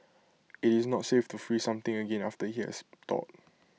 IT is not safe to freeze something again after IT has thawed